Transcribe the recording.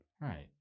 Right